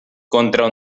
contra